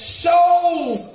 shows